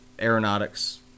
aeronautics